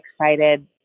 excited